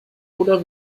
oder